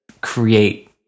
create